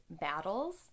battles